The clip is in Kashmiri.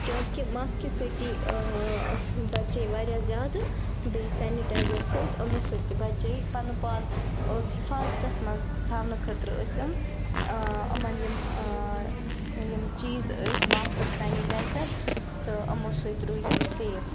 کیٛازِکہِ ماسکہِ سۭتی بَچے واریاہ زیادٕ بیٚیہِ سینِٹایزَر سۭتۍ یِمو سۭتۍ تہِ بَچے پَنُن پان اوس حِفاظتَس منٛز تھاونہٕ خٲطرٕ ٲسۍ أمۍ یِمَن یِم یِم چیٖز ٲسۍ ماسٕک سینِٹایزَر تہٕ یِمو سۭتۍ روٗدۍ یِم سیف